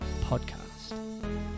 podcast